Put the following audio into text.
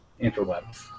interwebs